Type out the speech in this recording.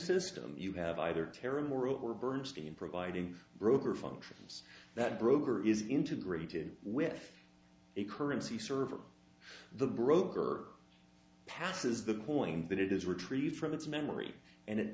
system you have either terror more or bernstein providing broker functions that broker is integrated with a currency server the broker passes the point that it is retrieved from its memory and it